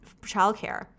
childcare